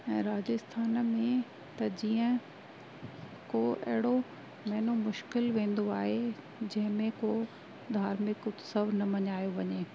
ऐं राजस्थान में त जीअं को अहिड़ो महिनो मुश्किल वेंदो आहे जंहिं में को धार्मिक उत्सव न मञायो वञे